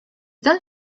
ten